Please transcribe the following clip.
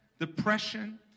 depression